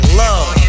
love